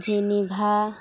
Geneva